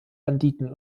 banditen